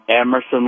Emerson